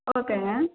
ஓகேங்க